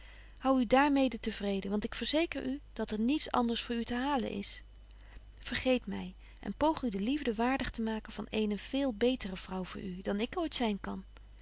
hou u daar mede te vreden want ik verzeker u dat er niets anders voor u te halen is vergeet my en poog u de liefde waardig te maken van eene veel betere vrouw voor u dan ik ooit zyn kan